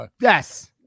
yes